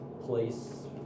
place